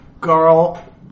Girl